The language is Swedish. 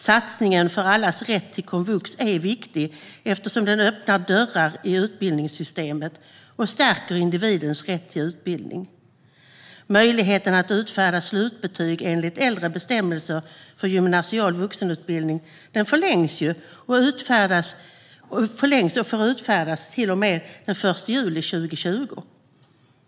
Satsningen på allas rätt till komvux är viktig eftersom den öppnar dörrar i utbildningssystemet och stärker individers rätt till utbildning. Möjligheten att utfärda slutbetyg enligt äldre bestämmelser för gymnasial vuxenutbildning förlängs så att de får utfärdas till och med den 1 juli 2020.